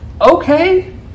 Okay